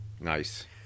Nice